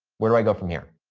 but do i go from here?